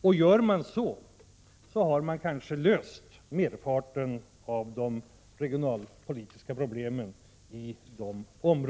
Om man gör det, löser man kanske merparten av de regionalpolitiska problemen där.